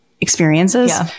experiences